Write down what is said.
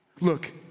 Look